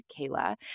Kayla